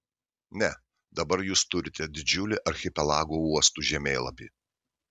ne dabar jūs turite didžiulį archipelago uostų žemėlapį